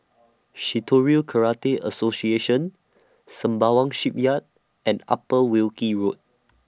Shitoryu Karate Association Sembawang Shipyard and Upper Wilkie Road